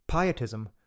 Pietism